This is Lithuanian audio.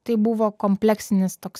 tai buvo kompleksinis toks